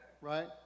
Right